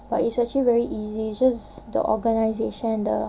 but it's actually very easy just the organisation and the